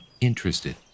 interested